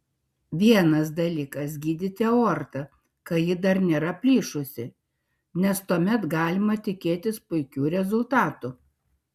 vienas dalykas gydyti aortą kai ji dar nėra plyšusi nes tuomet galima tikėtis puikių rezultatų